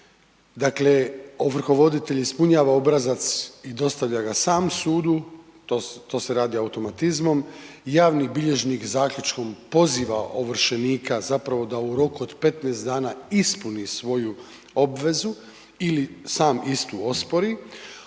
Dakle, ovrhovoditelj ispunjava obrazac i dostavlja ga sam sudu, to se radi automatizmom. Javni bilježnik zaključkom poziva ovršenika zapravo da u roku od 15 dana ispuni svoju obvezu ili sam istu ospori.